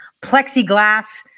plexiglass